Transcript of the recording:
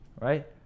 Right